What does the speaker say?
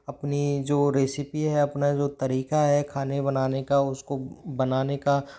अपनी जो रेसिपी है अपना जो तरीक़ा है खाने बनाने का उस को बनाने का